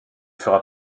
fera